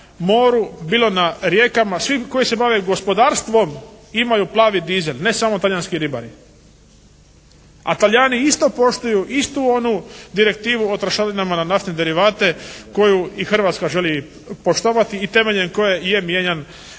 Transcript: moru, bilo na rijekama, svi koji se bave gospodarstvom imaju plavi dizel, ne samo talijanski ribari. A Talijani isto poštuju istu onu direktivu o trošarinama na naftne derivate koju i Hrvatska želi poštovati i temeljem koje i je mijenjan naš